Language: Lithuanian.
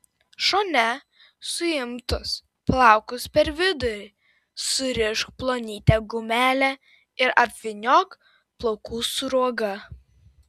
šone suimtus plaukus per vidurį surišk plonyte gumele ir apvyniok plaukų sruoga